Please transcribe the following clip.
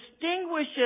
distinguishes